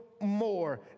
more